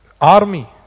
army